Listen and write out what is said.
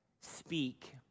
speak